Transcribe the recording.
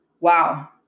wow